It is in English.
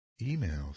Emails